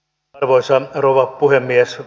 arvoisa rouva puhemies